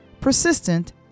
persistent